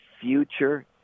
future